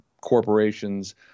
corporations